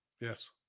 Yes